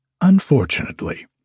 Unfortunately